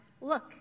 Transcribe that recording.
Look